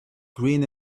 green